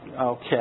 Okay